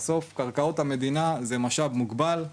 הרי בסופו של דבר הקרקעות של המדינה זה משאב מוגבל,